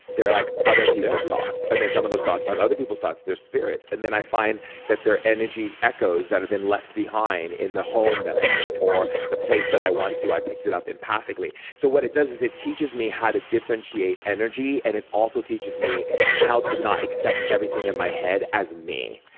they're like other people's thoughts. and then some of those thoughts aren't other people's thoughts they're spirits. and then i find that they're energy echoes that have been left behind in the home that i'm at, or the place that i to, i picked it up empathically. so what it does is it teaches me how to differentiate energy, and it also teaches me how to not accept everything in my head as me,